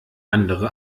andere